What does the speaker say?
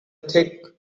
thick